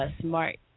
Smart